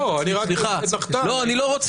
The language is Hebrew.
לא, לא, אני רק רוצה --- לא, אני לא רוצה.